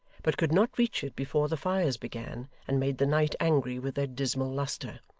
but could not reach it before the fires began, and made the night angry with their dismal lustre.